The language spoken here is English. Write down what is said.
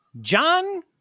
John